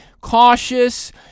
cautious